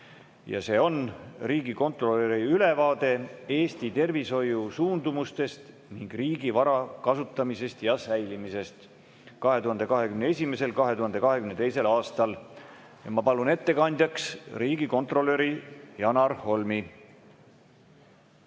See on riigikontrolöri ülevaade Eesti tervishoiu suundumustest ning riigi vara kasutamisest ja säilimisest 2021.–2022. aastal. Ma palun ettekandjaks riigikontrolör Janar Holmi.